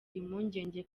impungenge